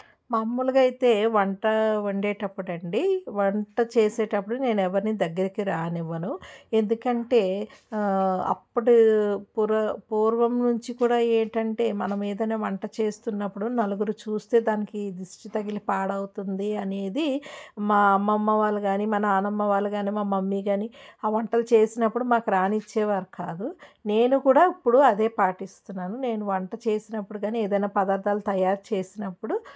మామూలుగా అయితే వంట వండేటప్పుడు అండి వంట చేసేటప్పుడు నేను ఎవరిని దగ్గరికి రానివ్వను ఎందుకంటే అప్పుడు పూర్వ పూర్వం నుంచి కూడా ఏంటంటే మన ఏదన్న వంట చేస్తున్నప్పుడు నలుగురు చూస్తే దానికి దిష్టి తగిలి పాడవుతుంది అనేది మా అమ్మమ్మ వాళ్ళు కానీ మన నానమ్మ వాళ్ళు గానీ మా మమ్మీ గానీ ఆ వంటలు చేసినప్పుడు మాకు రానిచ్చేవారు కాదు నేను కూడా ఇప్పుడు అదే పాటిస్తున్నాను నేను వంట చేసినప్పుడు గానీ ఏదైనా పదార్థాలు తయారు చేసినప్పుడు